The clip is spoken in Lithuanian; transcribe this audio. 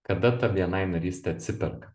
kada ta bni narystė atsiperka